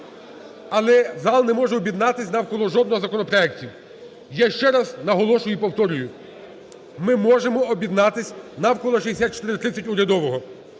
але зал не може об'єднатися навколо жодного із законопроектів. Я ще раз наголошую і повторюю: ми можемо об'єднатися навколо 6430 (урядового),